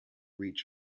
reach